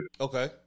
Okay